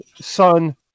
son